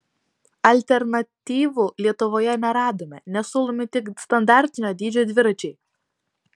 alternatyvų lietuvoje neradome nes siūlomi tik standartinio dydžio dviračiai